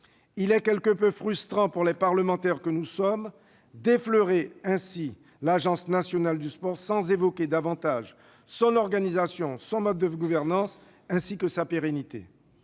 il est quelque peu frustrant pour les parlementaires que nous sommes d'effleurer ainsi l'Agence nationale du sport sans évoquer davantage son organisation, son mode de gouvernance ou encore sa pérennité.